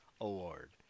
award